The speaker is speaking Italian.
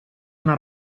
una